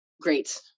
great